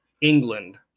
England